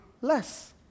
less